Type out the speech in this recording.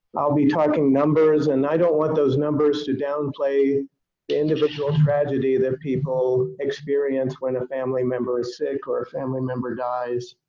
i'll be talking numbers, and i don't want those numbers to downplay the individual tragedy that people experience when a family member is sick or a family member dies.